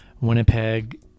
Winnipeg